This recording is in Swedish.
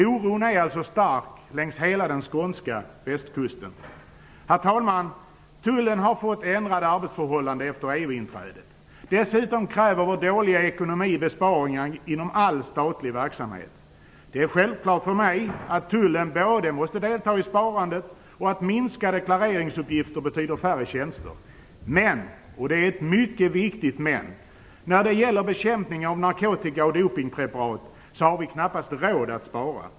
Oron är alltså stark längs hela den skånska västkusten. Herr talman! Tullen har fått ändrade arbetsförhållanden efter EU-inträdet. Dessutom kräver vår dåliga ekonomi besparingar inom all statlig verksamhet. Det är självklart för mig att Tullen måste delta i sparande och att minskade klareringsuppgifter betyder färre tjänster. Men - och det är mycket viktigt - när det gäller bekämpning av narkotika och dopningspreparat har vi knappast råd att spara.